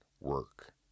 Work